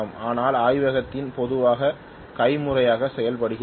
ஆனால் ஆய்வகத்தில் பொதுவாக கைமுறையாக செய்யப்படுகிறது